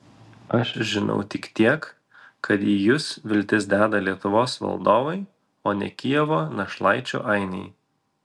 aš žinau tik tiek kad į jus viltis deda lietuvos valdovai o ne kijevo našlaičių ainiai